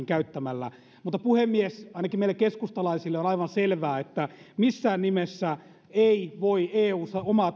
käyttämällä puhemies ainakin meille keskustalaisille on aivan selvää että missään nimessä eivät voi jäsenvaltiot eussa omaa